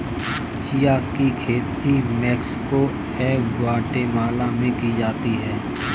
chia की खेती Mexico एवं ग्वाटेमाला में की जाती है